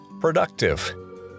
productive